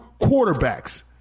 quarterbacks